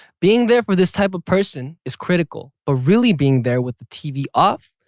being there for this type of person is critical or really being there with the tv off,